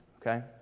Okay